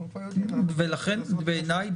לכן בעיניי,